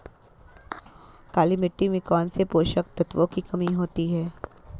काली मिट्टी में कौनसे पोषक तत्वों की कमी होती है?